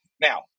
Now